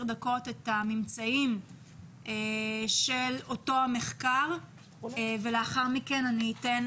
דקות את הממצאים של אותו מחקר ולאחר כמן אני אתן